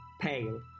Pale